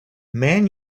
man